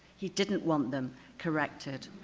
he didn't want them corrected.